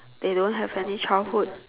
they don't have any childhood